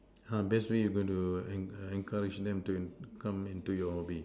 err best way you're going to en~ encourage them to in come into your hobby